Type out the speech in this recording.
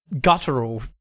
Guttural